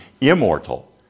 immortal